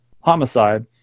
homicide